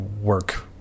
work